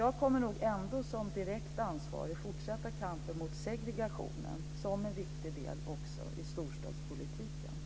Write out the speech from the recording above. Jag kommer ändå som direkt ansvarig att fortsätta kampen mot segregationen som en viktig del också i storstadspolitiken.